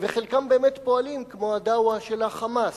חלקם באמת פועלים כמו ה"דעוה" של ה"חמאס".